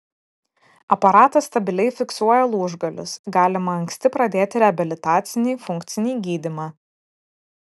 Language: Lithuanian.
aparatas stabiliai fiksuoja lūžgalius galima anksti pradėti reabilitacinį funkcinį gydymą